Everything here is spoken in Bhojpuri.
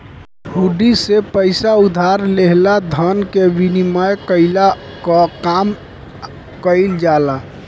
हुंडी से पईसा उधार लेहला धन के विनिमय कईला कअ काम कईल जाला